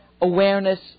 awareness